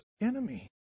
enemy